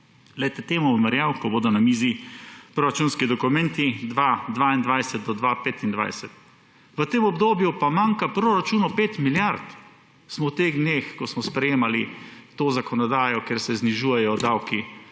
Temu bom verjel, ko bodo na mizi proračunski dokumenti 2022–2025. V tem obdobju pa manjka proračunu 5 milijard. Smo v teh dneh, ko smo sprejemali to zakonodajo, ker se znižujejo davki